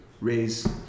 Raise